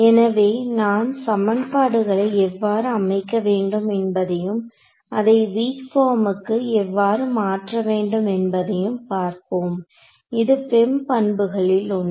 எனவே நான் சமன்பாடுகளை எவ்வாறு அமைக்க வேண்டும் என்பதையும் அதை வீக் பார்ம்க்கு எவ்வாறு மாற்ற வேண்டும் என்பதையும் பார்ப்போம் இது FEM பண்புகளில் ஒன்று